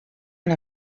una